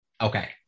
Okay